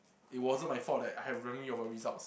it wasn't my fault that I have memory of your result